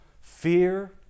fear